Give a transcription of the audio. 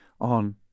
on